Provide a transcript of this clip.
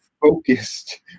focused